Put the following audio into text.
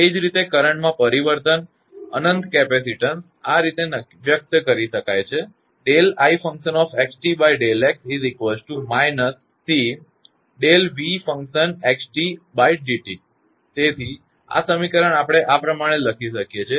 એ જ રીતે કરંટમાં પરિવર્તન અનંત કેપેસીટન્સ આ રીતે વ્યક્ત કરી શકાય છે તેથી આ સમીકરણ આપણે આ પ્રમાણે લખી શકીએ છીએ